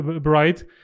bright